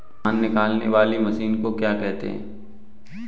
धान निकालने वाली मशीन को क्या कहते हैं?